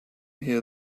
here